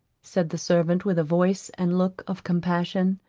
said the servant with a voice and look of compassion.